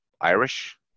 Irish